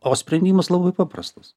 o sprendimas labai paprastas